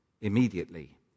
immediately